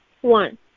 One